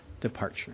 departure